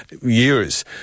years